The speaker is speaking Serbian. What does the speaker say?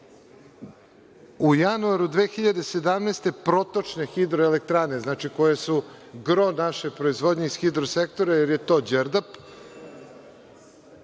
u januaru 2017. godine protočne hidroelektrane, znači koje su gro naše proizvodnje uz hidro sektore, jer je to Đerdap,